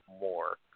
more